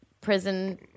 prison